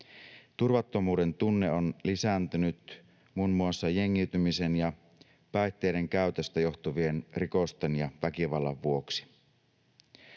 Turvattomuuden tunne on lisääntynyt muun muassa jengiytymisen ja päihteiden käytöstä johtuvien rikosten ja väkivallan vuoksi.